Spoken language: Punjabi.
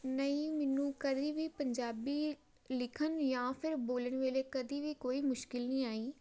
ਨਹੀਂ ਮੈਨੂੰ ਕਦੇ ਵੀ ਪੰਜਾਬੀ ਲਿਖਣ ਜਾਂ ਫਿਰ ਬੋਲਣ ਵੇਲੇ ਕਦੇ ਵੀ ਕੋਈ ਮੁਸ਼ਕਿਲ ਨਹੀਂ ਆਈ